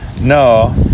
No